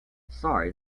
sorry